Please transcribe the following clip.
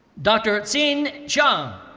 dr. xin zhang.